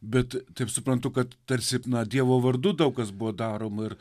bet taip suprantu kad tarsi na dievo vardu daug kas buvo daroma ir